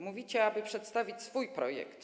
Mówicie, aby przedstawić swój projekt.